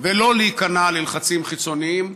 ולא להיכנע ללחצים חיצוניים.